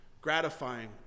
gratifying